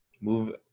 Move